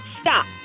Stop